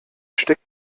steckt